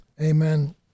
amen